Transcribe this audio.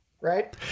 Right